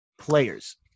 players